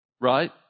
right